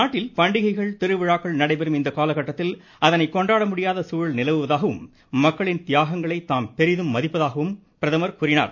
நாட்டில் பண்டிகைகள் திருவிழாக்கள் நடைபெறும் இந்த காலக்கட்டத்தில் அதனை கொண்டாட முடியாத சூழல் நிலவுவதாகவும் மக்களின் தியாகங்களை தாம் பெரிதும் மதிப்பதாகவும் பிரதமர் குறிப்பிட்டார்